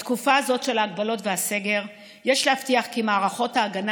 בתקופה הזאת של ההגבלות והסגר יש להבטיח כי מערכות ההגנה